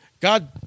God